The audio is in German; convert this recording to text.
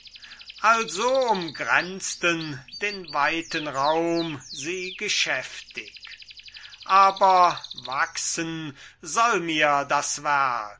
also umgrenzten den weiten raum sie geschäftig aber wachsen soll mir das werk